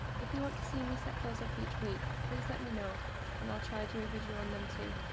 if you want to see me set those up each week please let me know and i'll try do a video on them too.